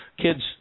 kids